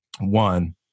one